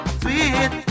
sweet